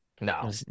No